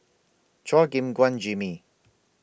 Chua Gim Guan Jimmy